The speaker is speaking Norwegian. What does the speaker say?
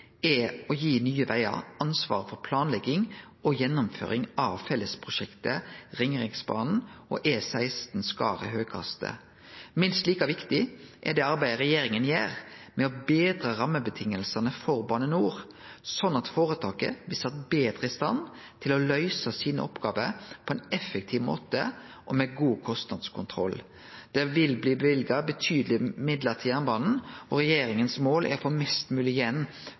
er å gi Nye Vegar ansvar for planlegging og gjennomføring av fellesprosjektet Ringeriksbanen og E16 Skaret–Høgkastet. Minst like viktig er det arbeidet regjeringa gjer med å betre rammevilkåra for Bane NOR, sånn at føretaket blir sett betre i stand til å løyse oppgåvene sine på ein effektiv måte og med god kostnadskontroll. Det vil bli løyvd betydelege midlar til jernbanen, og målet til regjeringa er å få mest